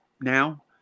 now